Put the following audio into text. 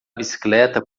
bicicleta